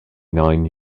nine